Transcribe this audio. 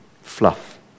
fluff